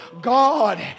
God